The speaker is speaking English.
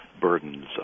burdens